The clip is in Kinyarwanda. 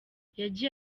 yagiye